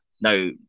No